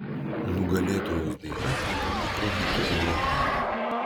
nugalėtojos daina tapo tikru hitu europoje